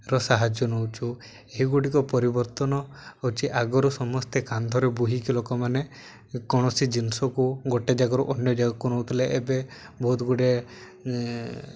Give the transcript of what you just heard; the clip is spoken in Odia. ର ସାହାଯ୍ୟ ନଉଛୁ ଏହି ଗୁଡ଼ିକ ପରିବର୍ତ୍ତନ ହଉଛି ଆଗରୁ ସମସ୍ତେ କାନ୍ଧରେ ବୁହିକି ଲୋକମାନେ କୌଣସି ଜିନିଷକୁ ଗୋଟେ ଜାଗାରୁ ଅନ୍ୟ ଜାଗାକୁ ନଉଥିଲେ ଏବେ ବହୁତ ଗୁଡ଼ିଏ